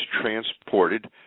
transported